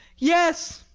yes,